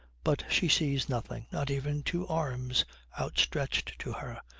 but she sees nothing, not even two arms outstretched to her.